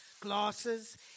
glasses